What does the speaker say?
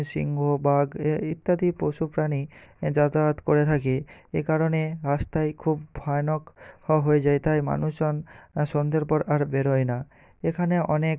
সিংহ বাঘ ইত্যাদি পশু প্রাণী যাতায়াত করে থাকে এ কারণে রাস্তায় খুব ভয়ানক হয়ে যায় তাই মানুষজন সন্ধের পর আর বেরোয় না এখানে অনেক